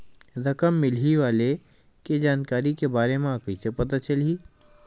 रकम मिलही वाले के जानकारी के बारे मा कइसे पता चलही?